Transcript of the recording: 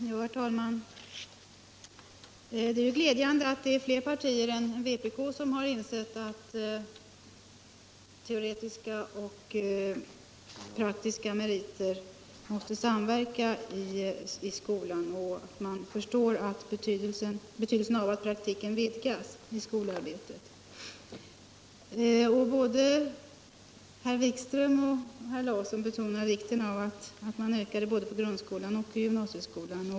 Herr talman! Det är glädjande att fler partier än vpk har intresse av ett växelspel mellan teoretiskt och praktiskt arbete i skolan och att man förstår betydelsen av att praktikinslaget i skolarbetet vidgas. Både herr Wikström och herr Larsson i Staffanstorp betonar vikten av att man ökar detta både på grundskolan och på gymnasieskolan.